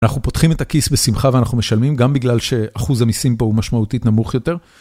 אנחנו פותחים את הכיס בשמחה ואנחנו משלמים גם בגלל שאחוז המסים פה הוא משמעותית נמוך יותר.